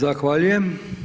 Zahvaljujem.